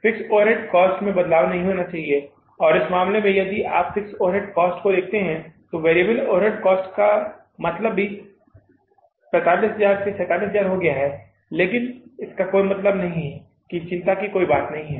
fixed overhead cost में बदलाव नहीं होना चाहिए और इस मामले में यदि आप वेरिएबल ओवरहेड कॉस्ट को देखते हैं तो वेरिएबल ओवरहेड कॉस्ट का मतलब भी 45000 से 47000 हो गया है लेकिन इसका कोई मतलब नहीं है कि चिंता की कोई बात नहीं है